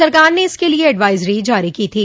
सरकार ने इसक लिये एडवाइजरी जारी की थी